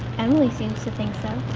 emily seems to think so.